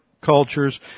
cultures